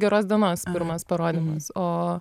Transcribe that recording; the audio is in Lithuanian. geros dienos pirmas parodymas o